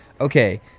okay